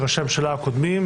של ראשי הממשלה הקודמים,